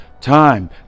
time